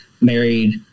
married